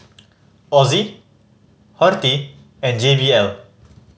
Ozi Horti and J B L